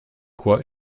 quoi